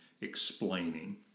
explaining